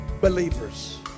believers